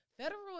federal